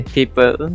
People